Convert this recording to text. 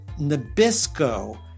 Nabisco